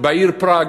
בעיר פראג.